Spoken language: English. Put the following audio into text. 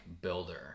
builder